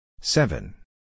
Seven